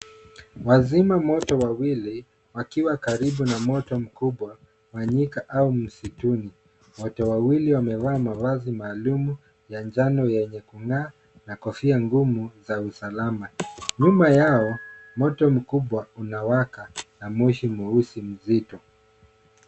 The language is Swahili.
Wazima moto wawili, wakiwa karibu na moto mkubwa wa nyika au msituni. Wote wawili wamevaa mavazi maalum ya njano yenye kung'aa, na kofia ngumu za usalama. Nyuma yao moto mkubwa unawaka na moshi mweusi mzito.